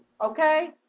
Okay